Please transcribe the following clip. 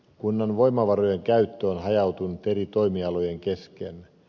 kunnan voimavarojen käyttö on hajautunut eri toimialojen kesken